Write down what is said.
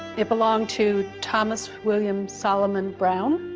it belonged to thomas williams solomon brown